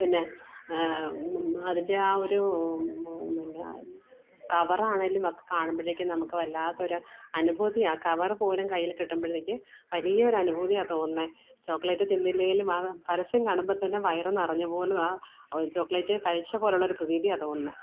പിന്നെ അതിന്റെ ആ ഒരു കവറാണെങ്കിലും ഒക്കെ കാണുമ്പോഴേക്കും നമുക്ക് വല്ലാത്തൊരു അനുഭൂതിയാ ആ കവറുപോലും കയ്യിൽ കിട്ടുമ്പോഴത്തേക്ക് വലിയൊരു അനുഭൂതിയാ തോന്നുന്നത് ചോക്ലേറ്റ് തിന്നില്ലെങ്കിലും ആ പരസ്യം കാണുമ്പോൾത്തന്നെ വയർ നിറഞ്ഞപോലെ ആ ചോക്ലേറ്റ് കഴിച്ചപോലുള്ളൊരു പ്രതീതിയാണ് തോന്നുന്നത്